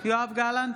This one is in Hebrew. יואב גלנט,